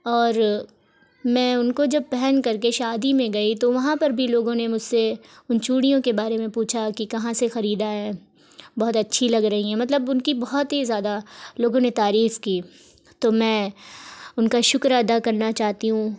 اور میں ان کو جب پہن کر کے شادی میں گئی تو وہاں پر بھی لوگوں نے مجھ سے ان چوڑیوں کے بارے میں پوچھا کہ کہاں سے خریدا ہے بہت اچھی لگ رہی ہیں مطلب ان کی بہت ہی زیادہ لوگوں نے تعریف کی تو میں ان کا شکر ادا کرنا چاہتی ہوں